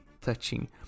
touching